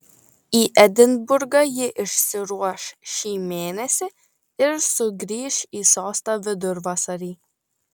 į edinburgą ji išsiruoš šį mėnesį ir sugrįš į sostą vidurvasarį